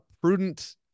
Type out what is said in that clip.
prudent